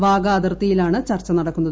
വാഗാ അതിർത്തിയി ലാണ് ചർച്ച നടക്കുന്നത്